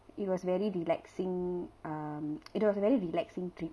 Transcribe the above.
it was very relaxing um it was a very relaxing trip